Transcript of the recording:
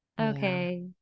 okay